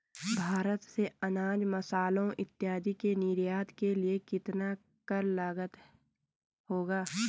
भारत से अनाज, मसालों इत्यादि के निर्यात के लिए कितना कर लगता होगा?